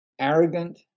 arrogant